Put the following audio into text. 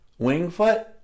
Wingfoot